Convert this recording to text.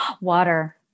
water